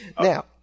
Now